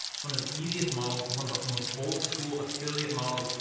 it's one of the easiest models, it's one of the most old school affiliate models.